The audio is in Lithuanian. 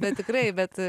bet tikrai bet